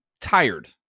tired